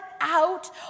out